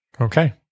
Okay